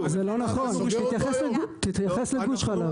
זה לא נכון, תתייחס לגוש חלב.